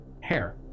hair